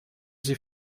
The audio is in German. sie